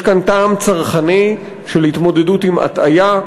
יש כאן טעם צרכני של התמודדות עם הטעיה,